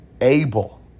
able